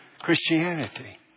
Christianity